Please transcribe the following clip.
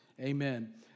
Amen